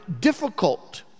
difficult